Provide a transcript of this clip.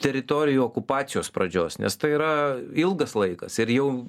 teritorijų okupacijos pradžios nes tai yra ilgas laikas ir jau